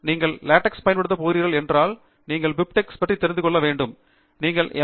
நீங்கள் லாடெக்ஸ் பயன்படுத்தப் போகிறீர்கள் என்றால் நீங்கள் பிபிடெக்ஸ் பற்றி தெரிந்து கொள்ள வேண்டும் நீங்கள் எம்